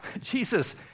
Jesus